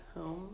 home